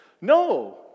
No